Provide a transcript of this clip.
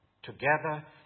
together